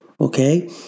Okay